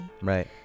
right